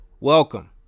Welcome